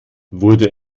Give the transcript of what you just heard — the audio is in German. wurde